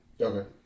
okay